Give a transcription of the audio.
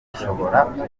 bishobora